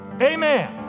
amen